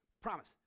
Promise